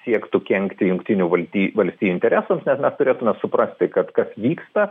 siektų kenkti jungtinių valstijų valstijų interesams nes mes turėtume suprasti kad kas vyksta